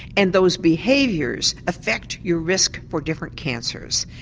and those behaviours affect your risk for different cancers.